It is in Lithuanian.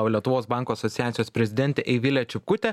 lietuvos bankų asociacijos prezidentė eivilė čipkutė